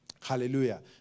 Hallelujah